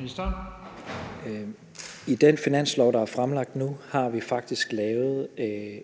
Tesfaye): I den finanslov, der er fremlagt nu, har vi faktisk lavet